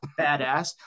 badass